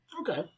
Okay